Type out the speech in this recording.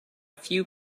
few